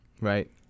right